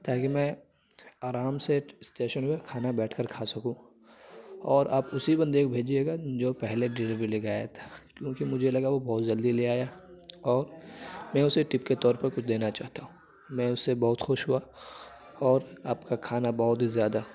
تاکہ میں آرام سے اسٹیشن پر کھانا بیٹھ کر کھا سکوں اور آپ اسی بندے کو بھیجیے گا جو پہلے ڈلیوری لے کے آیا تھا کیوں کہ مجھے لگا وہ بہت جلدی لے آیا اور میں اسے ٹپ کے طور پر کچھ دینا چاہتا ہوں میں اس سے بہت خوش ہوا اور آپ کا کھانا بہت ہی زیادہ